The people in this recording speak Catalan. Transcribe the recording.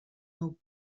nou